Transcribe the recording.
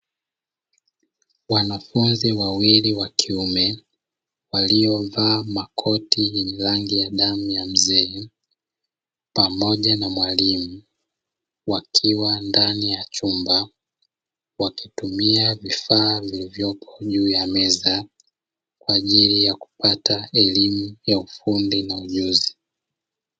Wanafunzi wawili wa kiume waliovaa makoti yenye rangi ya damu ya mzee, pamoja na mwalimu wakiwa ndani ya chumba wakitumia vifaa vilivyopo juu ya meza kwa ajili ya kupata elimu ya ufundi na ujuzi.